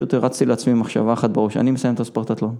יותר רצתי לעצמי עם מחשבה אחת בראש, אני מסיים את הספרטטלון.